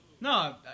No